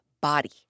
body